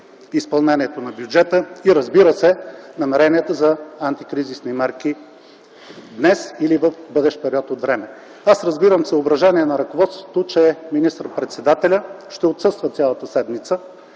изпълнението на бюджета и, разбира се, намерението за антикризисни мерки днес или в бъдещ период от време. Аз разбирам съображението на ръководството, че министър-председателят ще отсъства цялата седмица.